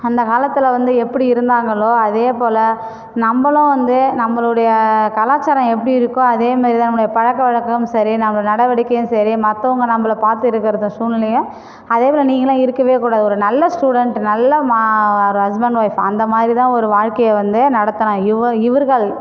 அந்த காலத்தில் வந்து எப்படி இருந்தாங்களோ அதேபோல் நம்மளும் வந்து நம்மளுடைய கலாச்சாரம் எப்படி இருக்கோ அதேமாதிரிதா நம்மளோட பழக்க வழக்கமும் சரி நம்மளோட நடவடிக்கையும் சரி மத்தவங்க நம்மள பார்த்து இருக்கிற சூல்நிலையும் அதேபோல் நீங்களும் இருக்கவே கூடாது ஒரு நல்ல ஸ்டூடெண்ட் நல்ல மா ஒரு ஹஸ்பண்ட் வொய்ஃப் அந்தமாதிரிதா ஒரு வாழ்க்கையை வந்து நடத்தணும் இவ இவர்கள்